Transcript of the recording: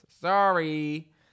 Sorry